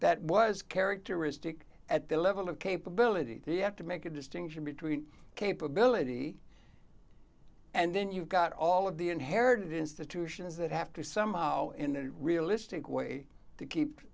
that was characteristic at the level of capability that you have to make a distinction between capability and then you've got all of the inherited institutions that have to somehow in their realistic way to keep